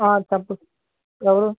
చెప్పు ఎవరు